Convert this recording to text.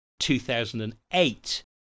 2008